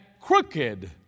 crooked